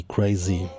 Crazy